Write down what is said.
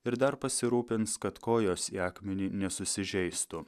ir dar pasirūpins kad kojos į akmenį nesusižeistų